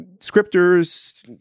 scripters